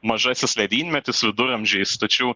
mažasis ledynmetis viduramžiais tačiau